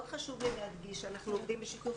מאוד חשוב לי להדגיש שאנחנו עובדים בשיתוף